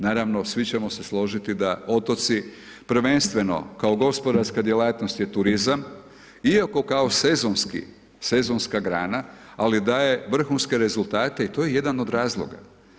Naravno, svi ćemo se složiti da otoci prvenstveno kao gospodarska djelatnost je turizam, iako kao sezonski, sezonska grana, ali daje vrhunske rezultate i to je jedan od razloga.